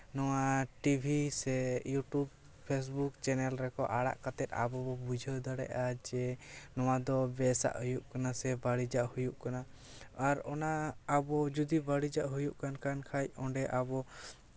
ᱱᱚᱣᱟ ᱴᱤᱵᱷᱤ ᱥᱮ YouTube Facebook channel ᱨᱮᱠᱚ ᱟᱲᱟᱜ ᱠᱟᱛᱮ ᱟᱵᱚ ᱵᱚ ᱵᱩᱡᱷᱟᱹᱣ ᱫᱟᱲᱮᱭᱟᱜᱼᱟ ᱡᱮ ᱱᱚᱣᱟ ᱫᱚ ᱵᱮᱥᱟᱜ ᱦᱩᱭᱩᱜ ᱠᱟᱱᱟ ᱥᱮ ᱵᱟᱹᱲᱤᱡᱟᱜ ᱦᱩᱭᱩᱜ ᱠᱟᱱᱟ ᱟᱨ ᱚᱱᱟ ᱟᱵᱚ ᱡᱩᱫᱤ ᱵᱟᱹᱲᱤᱡᱟᱜ ᱦᱩᱭᱩᱜ ᱠᱟᱱ ᱠᱷᱟᱱ ᱚᱸᱰᱮ ᱟᱵᱚ